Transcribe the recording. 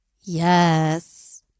Yes